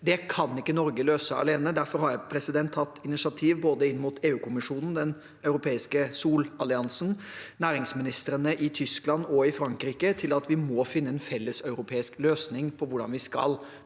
Det kan ikke Norge løse alene. Derfor har jeg tatt initiativ inn mot både EU-kommisjonen, den europeiske solalliansen og næringsministrene i Tyskland og Frankrike til at vi må finne en felleseuropeisk løsning på hvordan vi skal